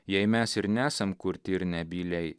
jei mes ir nesam kurti ir nebyliai